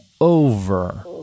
over